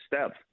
steps